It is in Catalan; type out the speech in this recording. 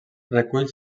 recull